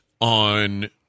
on